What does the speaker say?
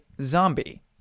zombie